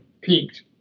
peaked